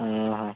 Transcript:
ହଁ ହଁ